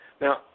Now